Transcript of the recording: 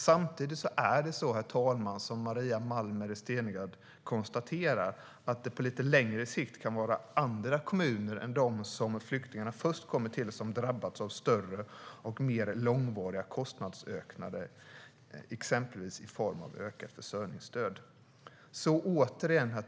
Samtidigt är det, som Maria Malmer Stenergard också konstaterar, herr talman, så att det på lite längre sikt kan vara andra kommuner än de som flyktingarna först kommer till som drabbas av större och mer långvariga kostnadsökningar, exempelvis i form av ökat försörjningsstöd. Herr talman!